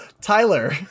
Tyler